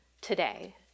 today